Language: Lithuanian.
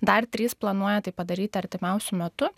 dar trys planuoja tai padaryti artimiausiu metu